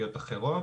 ספקיות אחרות,